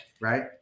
right